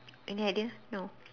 any idea no